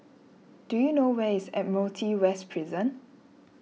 do you know where is Admiralty West Prison